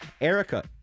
Erica